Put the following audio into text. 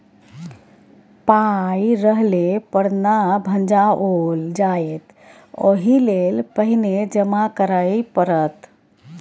पाय रहले पर न भंजाओल जाएत ओहिलेल पहिने जमा करय पड़त